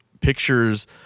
pictures